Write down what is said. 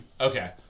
Okay